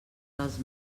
dels